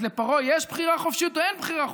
אז לפרעה יש בחירה חופשית או אין בחירה חופשית?